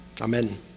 Amen